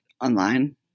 online